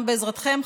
גם בעזרתכם,